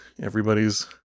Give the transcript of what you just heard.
everybody's